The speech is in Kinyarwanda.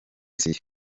siriya